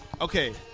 Okay